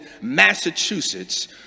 Massachusetts